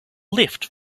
lift